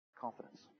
confidence